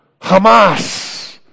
Hamas